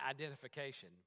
identification